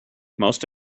most